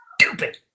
stupid